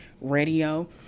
radio